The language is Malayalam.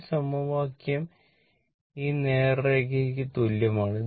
ഈ സമവാക്യം ഈ നേർരേഖയ്ക്ക് തുല്യമാണ്